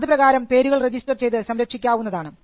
അതുപ്രകാരം പേരുകൾ രജിസ്റ്റർ ചെയ്തു സംരക്ഷിക്കാവുന്നതാണ്